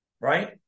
Right